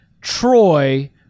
Troy